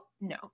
No